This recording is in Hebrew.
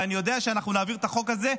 ואני יודע שאנחנו נעביר את החוק הזה,